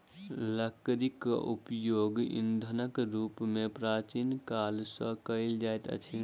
लकड़ीक उपयोग ईंधनक रूप मे प्राचीन काल सॅ कएल जाइत अछि